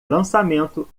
lançamento